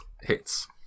hits